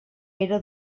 era